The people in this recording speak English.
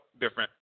different